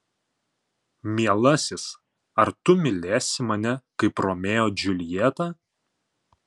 mielasis ar tu mylėsi mane kaip romeo džiuljetą